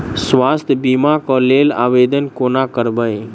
स्वास्थ्य बीमा कऽ लेल आवेदन कोना करबै?